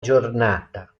giornata